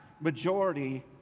majority